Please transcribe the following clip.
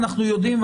ואנחנו יודעים,